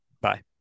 Bye